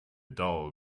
doll